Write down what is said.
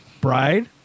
Bride